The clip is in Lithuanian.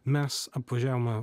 mes apvažiavome